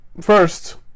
first